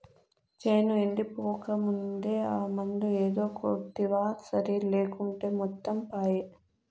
చేను ఎండిపోకముందే ఆ మందు ఏదో కొడ్తివా సరి లేకుంటే మొత్తం పాయే